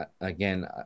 again